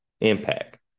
impact